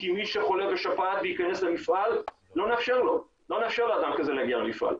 כי מי שחולה בשפעת וייכנס למפעל לא נאפשר לאדם כזה להגיע למפעל.